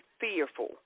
fearful